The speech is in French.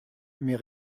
mais